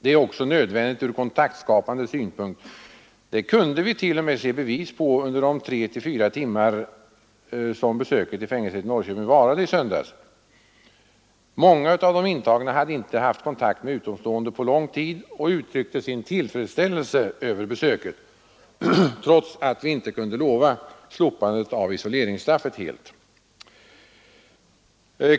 Det är även nödvändigt från kontaktskapandets synpunkt. Det kunde vit.o.m. se bevis på under de tre fyra timmar som besöket i fängelset i Norrköping varade. Många av de intagna hade inte haft kontakt med utomstående på lång tid och uttryckte sin tillfredställelse över besöket, trots att vi inte kunde lova slopandet av isoleringen helt.